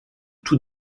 tout